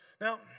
Now